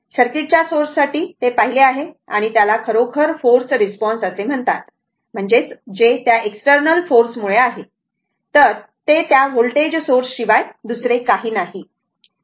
सर्किटच्या सोर्ससाठी ते पाहिले आहे आणि त्याला खरोखर फोर्स रिस्पॉन्स म्हणतात म्हणजे जे त्या एक्सटरनल फोर्स मुळे आहे तर ते त्या व्होल्टेज सोर्स शिवाय दुसरे काही नाही